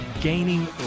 gaining